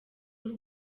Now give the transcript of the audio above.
w’u